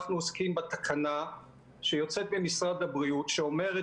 אנחנו עוסקים בתקנה שיוצאת ממשרד הבריאות שאומרת